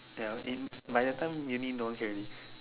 ya when in by the time you already know can already